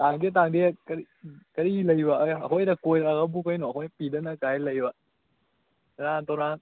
ꯇꯥꯡꯗꯦ ꯇꯥꯡꯗꯦ ꯀꯔꯤ ꯀꯔꯤꯒꯤ ꯂꯩꯕ ꯑꯦ ꯑꯩꯈꯣꯏꯗ ꯀꯣꯏꯔꯛꯑꯒꯕꯣ ꯀꯩꯅꯣ ꯑꯩꯈꯣꯏꯅ ꯄꯤꯗꯅ ꯀꯥꯏ ꯂꯩꯕ ꯁꯦꯔꯥꯟ ꯇꯨꯔꯥꯟ